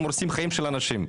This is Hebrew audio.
הורסים חיים של אנשים,